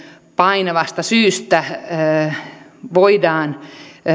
painavasta syystä